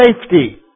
safety